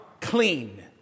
clean